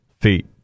feet